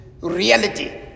reality